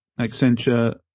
Accenture